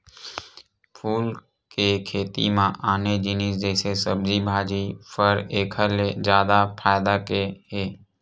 फूल के खेती म आने जिनिस जइसे सब्जी भाजी, फर एखर ले जादा फायदा के हे